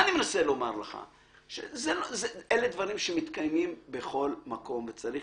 אלה דברים שמתקיימים בכל מקום וצריך